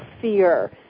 fear